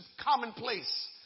commonplace